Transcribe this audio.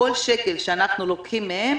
כל שקל שאנחנו לוקחים מהם,